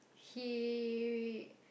he